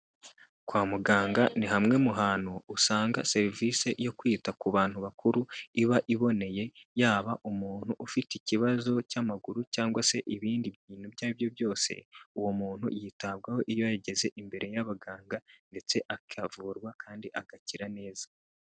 Kwa muganga ni hamwe mu hantu usanga serivisi yo kwita ku bantu bakuru iba iboneye, yaba umuntu ufite ikibazo cy'amaguru cyangwa se ibindi bintu ibyo ari byo byose, uwo muntu yitabwaho iyo yageze imbere y'abaganga ndetse akavurwa kandi agakira neza.